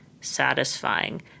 satisfying